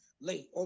late